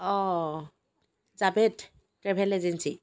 অঁ Javed travel agency